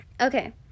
Okay